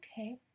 Okay